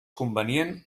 convenient